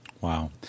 Wow